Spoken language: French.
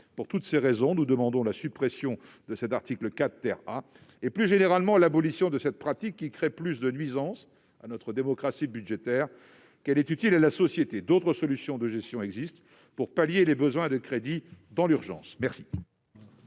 de ces raisons, nous demandons la suppression de l'article 4 A et, plus généralement, l'abolition de cette pratique qui crée plus de nuisances pour notre démocratie budgétaire qu'elle n'est utile à la société. D'autres solutions existent pour satisfaire les besoins de crédit dans l'urgence. Quel